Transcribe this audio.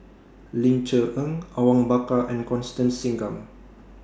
Ling Cher Eng Awang Bakar and Constance Singam